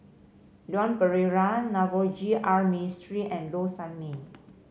Leon Perera Navroji R Mistri and Low Sanmay